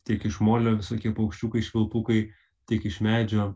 tiek iš molio visokie paukščiukai švilpukai tiek iš medžio